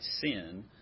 sin